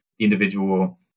individual